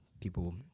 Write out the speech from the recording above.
people